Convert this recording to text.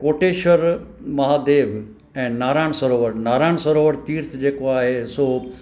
कोटेश्वर महादेव ऐं नारायण सरोवर नारायण सरोवर तीर्थ जेको आहे हिसो